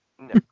No